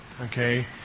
Okay